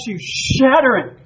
shattering